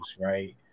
right